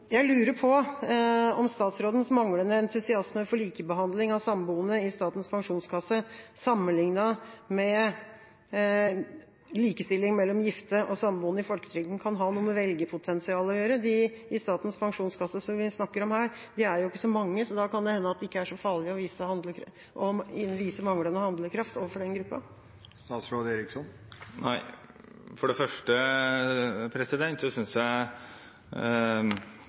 Jeg lurer på om statsrådens manglende entusiasme for likebehandling av samboende i Statens pensjonskasse sammenlignet med likestilling mellom gifte og samboende i folketrygden kan ha noe med velgerpotensialet å gjøre. De i Statens pensjonskasse som vi snakker om her, er jo ikke så mange, så da kan det hende at det ikke er så farlig å vise manglende handlekraft overfor denne gruppa? For det første har jeg litt problemer med å ta spørsmålet seriøst. Vi er opptatt av å likebehandle alle i pensjonssystemet. Men jeg